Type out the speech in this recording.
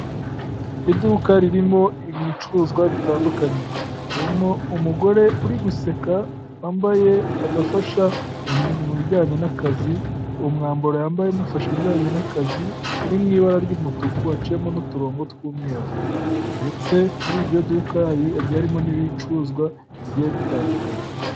Iduka ririmo ibicuruzwa bitandukanye, harimo umugore uri guseka wambaye agafasha mu bijyanye n'akazi, umwambaro yambaye umufasha ujyanye n'akazi uri mu ibara ry'umutuku waciyemo n'uturongo tw'umweru, ndetse muri iryo duka hagiye harimo n'ibicuruzwa bigiye bitandukanye.